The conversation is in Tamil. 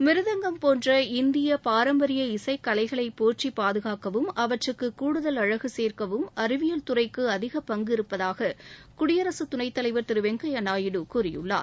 மிருதங்கம் போன்ற இந்திய பாரம்பரிய இசைக் கலைகளை போற்றி பாதுகாக்வும் அவற்றுக்கு கூடுதல் அழகு சேர்க்கவும் அறிவியல் துறைக்கு அதிக பங்கு இருப்பதாக குடியரசுத் துணைத் தலைவர் திரு வெங்கப்யா நாயுடு கூறியுள்ளார்